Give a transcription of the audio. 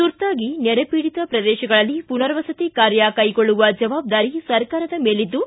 ತುರ್ತಾಗಿ ನೆರೆಪೀಡಿತ ಪ್ರದೇಶಗಳಲ್ಲಿ ಪುನರ್ವಸತಿ ಕಾರ್ಯ ಕೈಗೊಳ್ಳುವ ಜವಾಬ್ದಾರಿ ಸರ್ಕಾರದ ಮೇಲಿದ್ದು